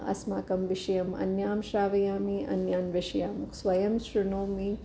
अस्माकं विषयम् अन्यां श्रावयामि अन्यान् विषयां स्वयं शृणोमि